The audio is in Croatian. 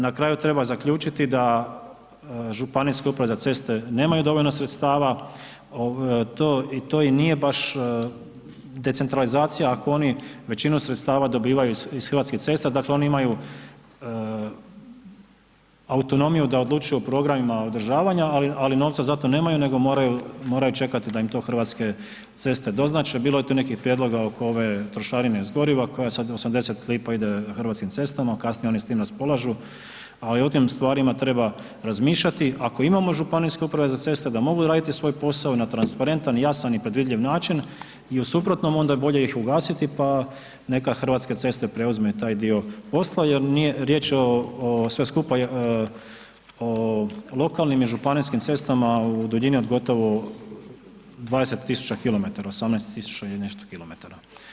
Na kraju treba zaključiti da županijske uprave za ceste nemaju dovoljno sredstava, to i nije baš decentralizacija ako oni većinu sredstava dobivaju iz Hrvatskih cesta, dakle oni imaju autonomiju da odlučuju o programima održavanja ali novca za to nemaju nego moraju čekati da im to Hrvatske ceste doznače, bilo je tu nekih prijedloga oko ove trošarine goriva koja sad 80 lp ide Hrvatskim cestama, kasnije oni s tim raspolažu, ali o tim stvarima treba razmišljati ako imamo županijske uprave za ceste da mogu odraditi svoj posao i na transparentan i jasan i predvidljiv način jer u suprotnom onda je bolje ih ugasiti pa neka Hrvatske ceste preuzmu taj dio posla jer nije riječ o sve skupa lokalnim i županijskim cestama u duljini od gotovo 20 000 km, 18 000 i nešto kilometara.